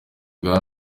bwa